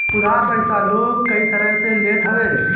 उधार पईसा लोग कई तरही से लेत हवे